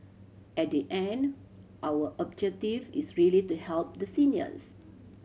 at the end our objective is really to help the seniors